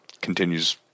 continues